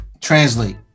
Translate